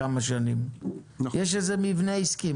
יש לזה מבנה עסקי,